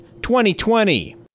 2020